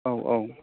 औ औ